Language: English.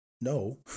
No